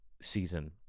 season